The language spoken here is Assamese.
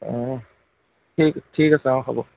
অঁ ঠিক ঠিক আছে অঁ হ'ব